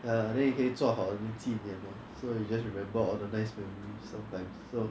ah then 你可以做好什么纪念 lor so you just remember all the nice memories sometimes so